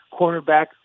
cornerback